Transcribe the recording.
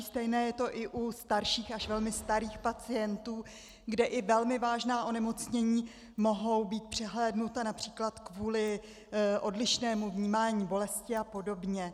Stejně je to u starších až velmi starých pacientů, kde i velmi vážná onemocnění mohou být přehlédnuta např. kvůli odlišnému vnímání bolesti apod.